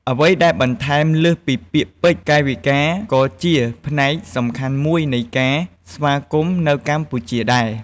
អ្វីដែលបន្ថែមលើសពីពាក្យពេចន៍ កាយវិការក៏ជាផ្នែកសំខាន់មួយនៃការស្វាគមន៍នៅកម្ពុជាដែរ។